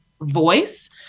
voice